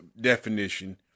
definition—